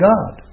God